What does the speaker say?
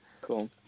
Cool